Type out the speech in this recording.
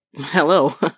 hello